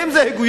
האם זה הגיוני?